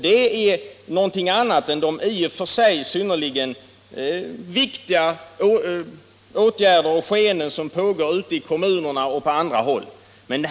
Detta är någonting annat än de i och för sig synnerligen viktiga åtgärder som vidtas och skeenden som pågår ute i kommunerna och på andra håll.